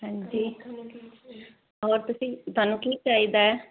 ਹਾਂਜੀ ਹੋਰ ਤੁਸੀਂ ਥਾਨੂੰ ਕੀ ਚਾਹੀਦਾ